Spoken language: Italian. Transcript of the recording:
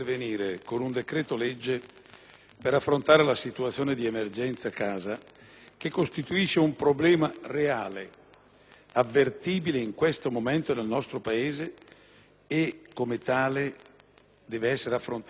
per affrontare la situazione di emergenza casa che costituisce un problema reale, avvertibile in questo momento nel nostro Paese e che, come tale, deve essere affrontato con la dovuta priorità.